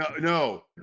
No